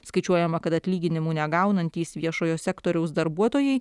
skaičiuojama kad atlyginimų negaunantys viešojo sektoriaus darbuotojai